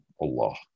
Allah